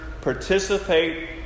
participate